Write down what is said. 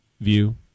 view